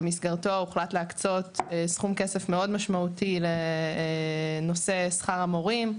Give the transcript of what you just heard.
במסגרתו הוחלט להקצות סכום כסף מאוד משמעותי לנושא שכר המורים.